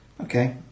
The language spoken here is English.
Okay